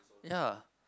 ya